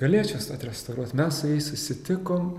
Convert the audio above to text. galėčiaus atrestauruot mes su jais susitikom